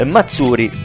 Mazzuri